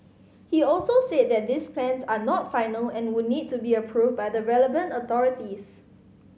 he also said that these plans are not final and would need to be approved by the relevant authorities